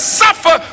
suffer